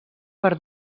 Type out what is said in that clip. per